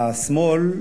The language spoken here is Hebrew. שהשמאל,